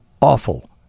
Awful